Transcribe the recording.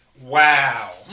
Wow